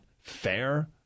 fair